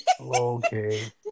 okay